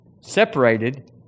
separated